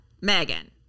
Megan